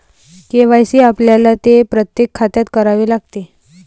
KYC आपल्याला ते प्रत्येक खात्यात करावे लागते